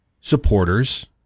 supporters